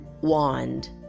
wand